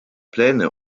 pläne